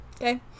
Okay